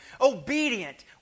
obedient